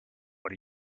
what